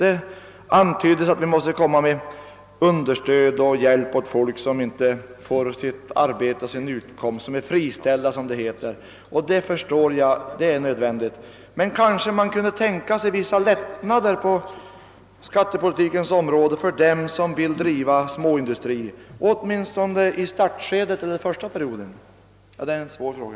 Det har här antytts att vi måste ge understöd och hjälp åt människor som inte kan finna arbete och utkomst — friställda människor, som det heter — och det förstår jag är nödvändigt. Men det kanske också vore tänkbart med vissa lättnader i skattepolitiken för dem som vill driva småindustri, åtminstone under den första perioden efter starten. Jag medger dock att det är en svår fråga.